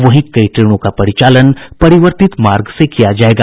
वहीं कई ट्रेनों का परिचालन परिवर्तित मार्ग से किया जायेगा